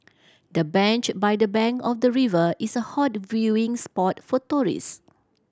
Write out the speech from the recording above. the bench by the bank of the river is a hot viewing spot for tourist